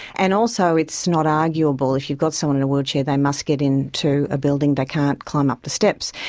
and also it's not arguable if you've got someone in a wheelchair they must get into a building, they can't climb up the steps.